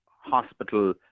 hospital